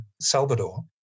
Salvador